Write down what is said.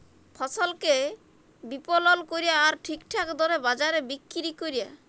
ফসলকে বিপলল ক্যরা আর ঠিকঠাক দরে বাজারে বিক্কিরি ক্যরা